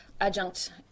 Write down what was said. adjunct